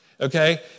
okay